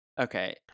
okay